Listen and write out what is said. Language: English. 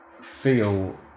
feel